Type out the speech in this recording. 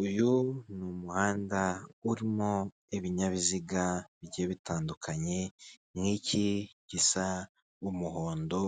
Uyu ni umuhanda urimo ibinyabiziga bigiye bitandukanye nk'iki gisa n'umuhondo